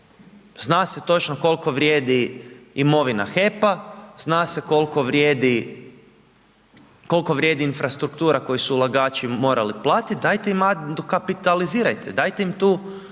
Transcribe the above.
Zna se točno koliko vrijedi imovina HEP-a, zna se koliko vrijedi infrastruktura koju su ulagači morali platiti, dajte im, dokapitalizirajte, dajte im tu